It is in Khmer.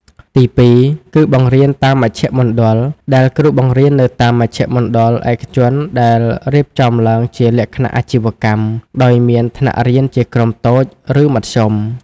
ទីពីរ គឺបង្រៀនតាមមជ្ឈមណ្ឌល ដែលគ្រូបង្រៀននៅតាមមជ្ឈមណ្ឌលឯកជនដែលរៀបចំឡើងជាលក្ខណៈអាជីវកម្ម ដោយមានថ្នាក់រៀនជាក្រុមតូច ឬមធ្យម។